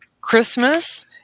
Christmas